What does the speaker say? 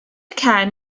cen